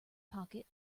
pocket